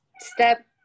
step